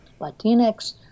Latinx